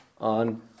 on